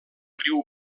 riu